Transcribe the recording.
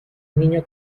niño